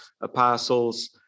apostles